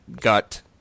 gut